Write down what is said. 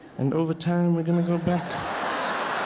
and over time we are gonna go back.